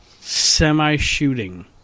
semi-shooting